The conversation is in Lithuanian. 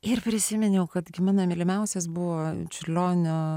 ir prisiminiau kad gi mano mylimiausias buvo čiurlionio